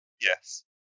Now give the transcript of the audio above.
Yes